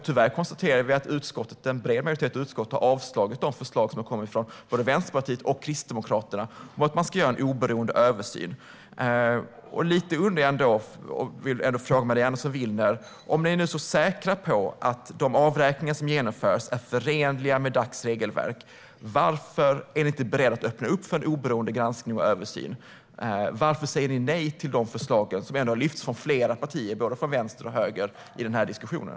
Tyvärr har en bred majoritet i utskottet avstyrkt de förslag som kommit från både Vänsterpartiet och Kristdemokraterna om en oberoende översyn. Jag vill ändå fråga Maria Andersson Willner: Om ni nu är så säkra på att de avräkningar som genomförs är förenliga med Dacs regelverk, varför är ni då inte beredda att öppna för en oberoende granskning och översyn? Varför säger ni nej till de förslag som har förts fram från flera partier, både från vänster och från höger, i den här diskussionen?